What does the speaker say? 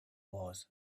was